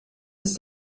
ist